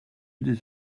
des